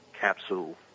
capsule